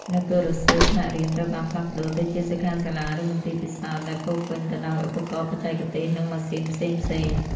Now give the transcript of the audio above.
នៅពេលរសៀល ថ្នាក់រៀនត្រូវបានផ្លាស់ប្តូរទៅជាសិក្ខាសាលាឬមន្ទីរពិសោធន៍ដែលពោរពេញទៅដោយឧបករណ៍បច្ចេកទេស និងម៉ាស៊ីនផ្សេងៗ។